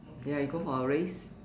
ya you go for a race